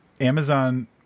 Amazon